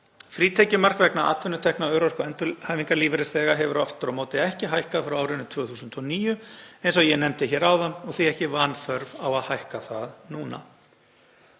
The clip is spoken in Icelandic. Frítekjumark vegna atvinnutekna örorku- og endurhæfingarlífeyrisþega hefur aftur á móti ekki hækkað frá árinu 2009 eins og ég nefndi hér áðan og því ekki vanþörf á að hækka það núna.